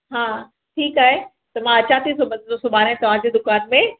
हा ठीकु आहे त मां अचां थी सुभाणे तव्हांजे दुकान में